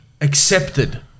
accepted